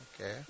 Okay